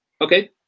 Okay